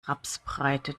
rapsbreite